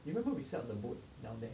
you know once we sat on the boat down there